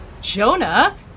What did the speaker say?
Jonah